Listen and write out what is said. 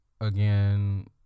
again